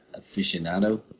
aficionado